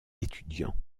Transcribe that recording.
étudiants